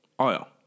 oil